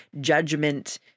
judgment